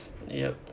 yup